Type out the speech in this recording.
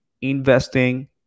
Investing